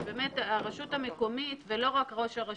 שבאמת הרשות המקומית ולא רק ראש הרשות,